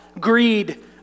greed